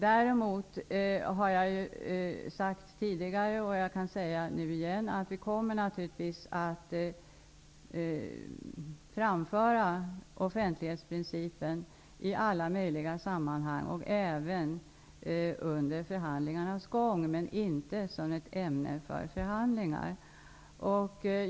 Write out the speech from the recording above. Däremot har jag tidigare sagt, och jag kan säga det igen, att vi kommer att framhålla offentlighetsprincipen i alla möjliga sammanhang och även under förhandlingarnas gång, men inte som en fråga för förhandlingar.